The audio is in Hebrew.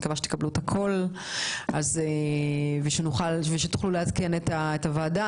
אני מקווה שתקבלו את הכל ושתוכלו לעדכן את הוועדה.